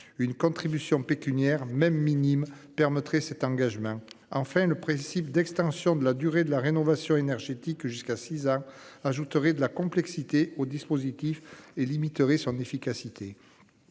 une contribution pécuniaire même minime permettrait cet engagement. Enfin, le principe d'extension de la durée de la rénovation énergétique jusqu'à six ans ajouterait de la complexité au dispositif et limiterait son efficacité.